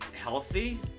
healthy